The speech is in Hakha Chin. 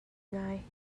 ngai